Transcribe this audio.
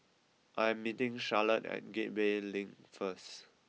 I am meeting Charolette at Gateway Link first